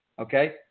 okay